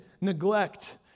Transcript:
neglect